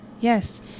yes